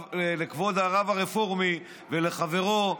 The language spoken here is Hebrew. לכבוד הרב הרפורמי ולחברו.